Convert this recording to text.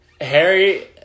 Harry